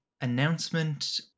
announcement